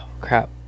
crap